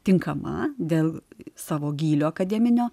tinkama dėl savo gylio akademinio